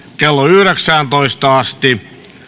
kello yhdeksäntoista asti